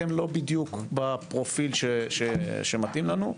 אתם לא בדיוק בפרופיל שמתאים לנו.